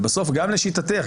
ובסוף גם לשיטתך,